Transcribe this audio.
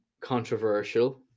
controversial